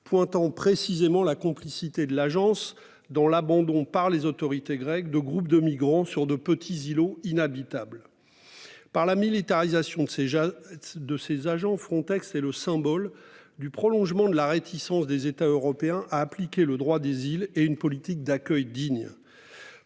pointant précisément la complicité de l'agence dont l'abandon par les autorités grecques de groupe de migrants sur de petits îlots inhabitable. Par la militarisation de ces. De ces agents Frontex est le symbole du prolongement de la réticence des États européens à appliquer le droit des îles et une politique d'accueil digne.